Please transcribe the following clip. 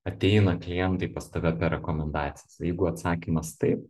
ateina klientai pas tave per rekomendacijas jeigu atsakymas taip